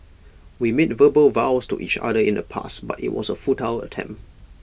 we made verbal vows to each other in the past but IT was A futile attempt